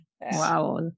Wow